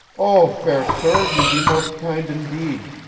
oh, fair sir, ye be most kind indeed!